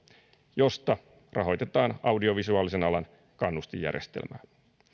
josta rahoitetaan audiovisuaalisen alan kannustinjärjestelmää